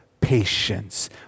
patience